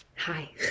Hi